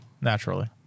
naturally